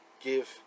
give